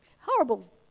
Horrible